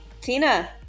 tina